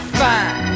fine